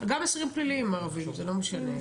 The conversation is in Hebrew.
גם אסירים פליליים ערבים, זה לא משנה.